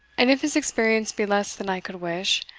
and if his experience be less than i could wish,